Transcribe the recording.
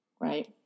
Right